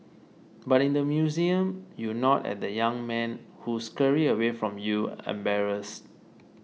but in the museum you nod at the young men who scurry away from you embarrassed